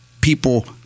people